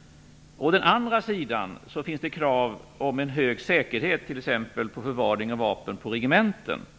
- och å andra sidan kraven på en hög säkerhet t.ex. när det gäller förvaring av vapen på regementen.